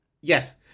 Yes